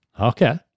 Okay